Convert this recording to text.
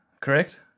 correct